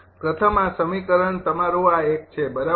પ્રથમ આ સમીકરણ તમારું આ એક છે બરાબર